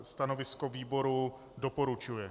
Stanovisko výboru doporučuje.